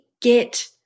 get